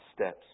steps